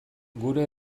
gure